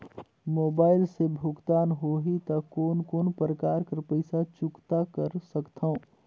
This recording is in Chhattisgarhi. मोबाइल से भुगतान होहि त कोन कोन प्रकार कर पईसा चुकता कर सकथव?